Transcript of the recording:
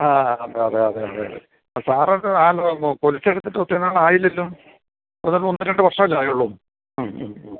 ആ അതെ അതെ അതെ അതെ അതെ സാറൊക്ക ഒത്തിരി നാളായില്ലല്ലോ അത് ഒന്ന് രണ്ട് വർഷം അല്ലേ ആയുള്ളൂ ആ മ് ഓ